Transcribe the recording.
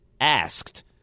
asked